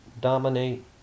dominate